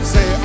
Say